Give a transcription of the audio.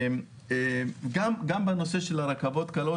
גם בנושא של הרכבות הקלות,